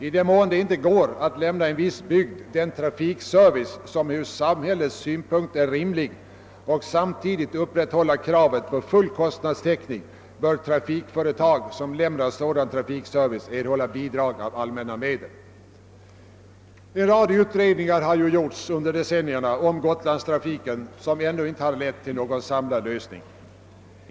I den mån det inte går att lämna en viss bygd den trafikservice som ur samhällets synpunkt är rimlig och samtidigt upprätthålla kravet på full kostnadstäckning, bör trafikföretaget som lämnar sådan trafikservice erhålla bidrag av allmänna medel. En rad utredningar har gjorts under decennierna om Gotlandstrafiken, vilka ännu inte lett till någon samlad lösning.